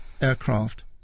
aircraft